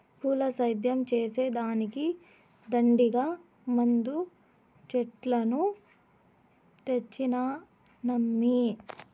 పూల సేద్యం చేసే దానికి దండిగా మందు చెట్లను తెచ్చినానమ్మీ